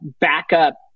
backup